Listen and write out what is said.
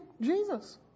Jesus